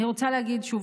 שוב,